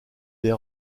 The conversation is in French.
les